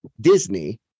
Disney